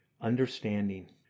Understanding